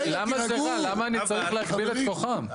למה אני צריך להגביל את כוחם?